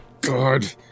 God